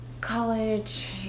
college